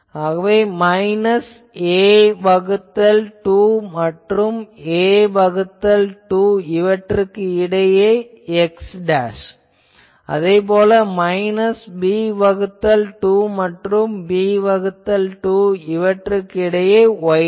ஆகவே minus a வகுத்தல் 2 மற்றும் a வகுத்தல் 2 இவற்றுக்கிடையே x அதே போல மைனஸ் b வகுத்தல் 2 மற்றும் b வகுத்தல் 2 இவற்றுக்கிடையே y